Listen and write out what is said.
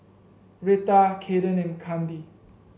Reta Kaeden and Kandi